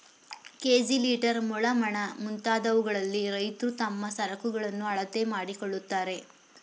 KG, litre, ಮೊಳ, ಮಣ, ಮುಂತಾದವುಗಳಲ್ಲಿ ರೈತ್ರು ತಮ್ಮ ಸರಕುಗಳನ್ನು ಅಳತೆ ಮಾಡಿಕೊಳ್ಳುತ್ತಾರೆ